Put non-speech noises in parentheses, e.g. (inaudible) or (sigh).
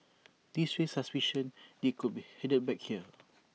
this raised suspicion (noise) they could be headed back here (noise)